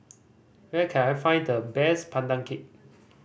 where can I find the best Pandan Cake